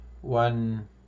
one